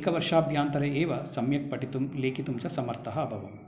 एकवर्षाभ्यन्तरे एव सम्यक् पठितुं लेखितुं च समर्थः अभवम्